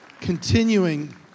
continuing